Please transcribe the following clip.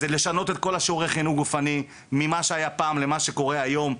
לשנות את כל שיעורי החינוך גופני ממה שהיה פעם למה שקורה היום.